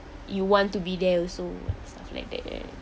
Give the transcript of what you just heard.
you want to be there also stuff like that